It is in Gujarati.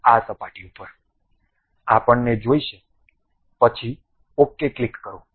આ સપાટી ઉપર આપણને જોઈશે પછી OK ક્લિક કરો